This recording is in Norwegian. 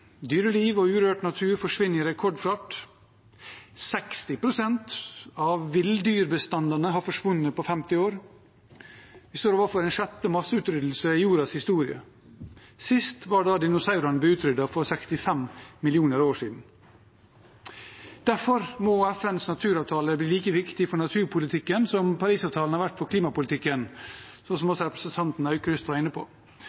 Dyreliv og urørt natur forsvinner i rekordfart. 60 pst. av villdyrbestandene har forsvunnet på 50 år. Vi står overfor den sjette masseutryddelsen i jordens historie. Sist var da dinosaurene ble utryddet for 65 millioner år siden. Derfor må FNs naturavtale bli like viktig for naturpolitikken som Parisavtalen har vært for klimapolitikken, noe som også representanten Aukrust var inne på.